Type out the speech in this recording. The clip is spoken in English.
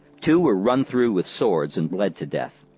two were run through with swords and bled to death.